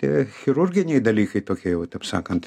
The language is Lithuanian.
tie chirurginiai dalykai tokie jau taip sakant